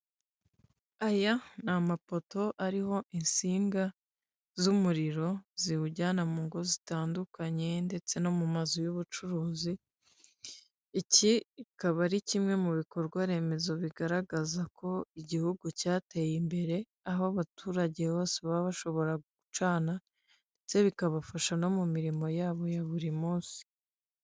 Aya ni amapoto ariho insinga z'umuriro, ziwujyana mu ngo zitandukanye ndetse no mu mazu y'ubucuruzi, iki kikaba ari kimwe mu bikorwa remezo bigaragaza ko igihugu cyateye imbere, aho abaturage bose baba bashobora gucana ndetse bikabafasha no mu mirimo yabo ya buri munsi.